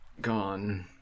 gone